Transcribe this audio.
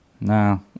No